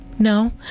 No